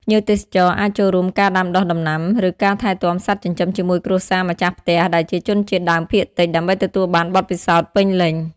ភ្ញៀវទេសចរអាចចូលរួមការដាំដុះដំណាំ ឬការថែទាំសត្វចិញ្ចឹមជាមួយគ្រួសារម្ចាស់ផ្ទះដែលជាជនជាតិដើមភាគតិច ដើម្បីទទួលបានបទពិសោធន៍ពេញលេញ។